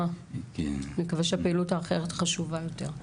נקווה שהפעילות האחרת חשובה יותר.